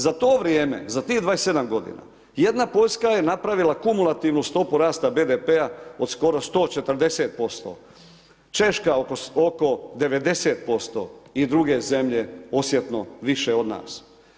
Za to vrijeme, za tih 27 g. jedna Poljska je napravila kumulativnu stopu rasta BDP-a od skoro 140%, Češka oko 90% i druge zemlje osjetno više od nas.